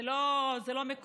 זה לא מקובל.